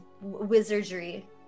wizardry